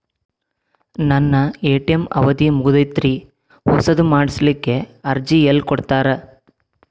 ನನ್ನ ಎ.ಟಿ.ಎಂ ಅವಧಿ ಮುಗದೈತ್ರಿ ಹೊಸದು ಮಾಡಸಲಿಕ್ಕೆ ಅರ್ಜಿ ಎಲ್ಲ ಕೊಡತಾರ?